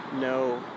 no